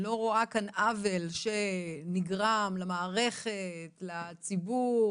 לא רואה כאן עוול שנגרם למערכת, לציבור,